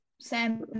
Sam